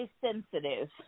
sensitive